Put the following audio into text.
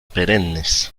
perennes